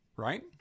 right